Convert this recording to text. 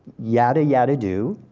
yada, yada do.